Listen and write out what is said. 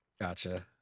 Gotcha